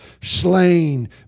slain